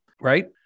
Right